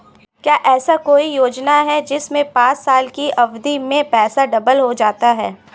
क्या ऐसी कोई योजना है जिसमें पाँच साल की अवधि में पैसा दोगुना हो जाता है?